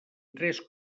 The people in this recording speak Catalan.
tres